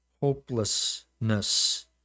hopelessness